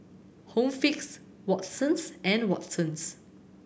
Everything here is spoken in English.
Home Fix Watsons and Watsons